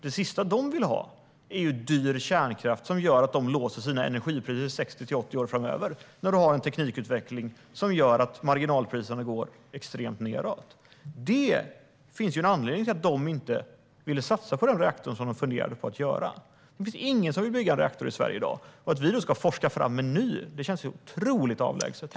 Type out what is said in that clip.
Det sista som industrin vill ha är ju dyr kärnkraft som gör att den låser sina energipriser i 60-80 år framöver samtidigt som teknikutvecklingen gör att marginalpriserna går nedåt. Det finns en anledning till att man inte ville satsa på den reaktor som man funderade på att bygga. Det finns ingen som vill bygga en reaktor i Sverige i dag. Att då forska fram en ny reaktor känns otroligt avlägset.